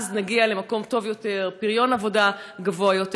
אז נגיע למקום טוב יותר, לפריון עבודה גבוה יותר.